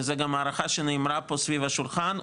וזו גם הערכה שנאמרה פה סביב השולחן,